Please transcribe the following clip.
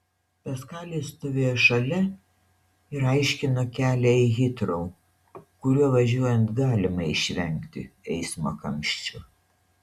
paskalis stovėjo šalia ir aiškino kelią į hitrou kuriuo važiuojant galima išvengti eismo kamščių